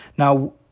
Now